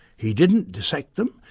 he didn't dissect them,